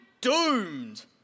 doomed